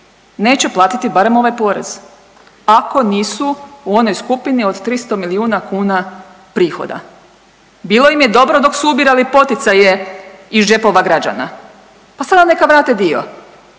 neće platiti barem ovaj porez ako nisu u onoj skupini od 300 milijuna kuna prihoda. Bilo im je dobro dok su ubirali poticaje iz džepova građana, pa sada neka vrate dio,